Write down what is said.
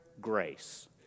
grace